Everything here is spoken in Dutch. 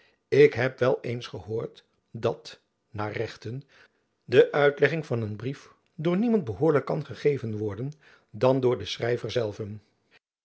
ik heb wel eens gehoord dat naar rechten de uitlegging van een brief door niemand behoorlijk kan gegeven worden dan door den schrijver zelven